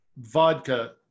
vodka